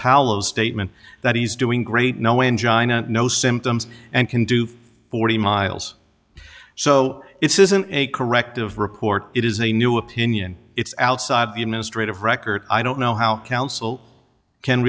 paolo's statement that he's doing great no end john out no symptoms and can do forty miles so it isn't a corrective report it is a new opinion it's outside the administrative record i don't know how counsel can